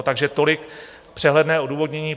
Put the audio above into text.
Takže tolik přehledné odůvodnění.